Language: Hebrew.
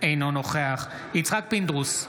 אינו נוכח יצחק פינדרוס,